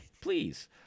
please